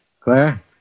Claire